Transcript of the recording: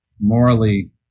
morally